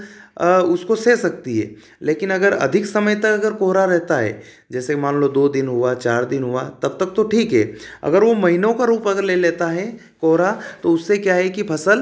उसको सह सकती है लेकिन अगर अधिक समय तक अगर कोहरा रहता है जैसे मान लो दो दिन हुआ चार दिन हुआ तब तक तो ठीक है अगर वह महीनों का रूप अगर ले लेता है कोहरा तो उससे क्या है कि फ़सल